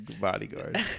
bodyguard